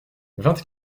vingt